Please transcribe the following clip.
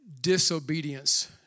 disobedience